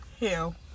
hell